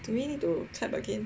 do we need to tap again